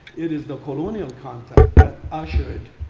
it is the colonial contact ushered,